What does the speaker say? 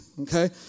Okay